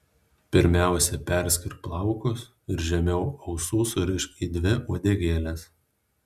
pirmiausia perskirk plaukus ir žemiau ausų surišk į dvi uodegėles